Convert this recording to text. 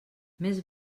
més